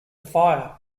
fire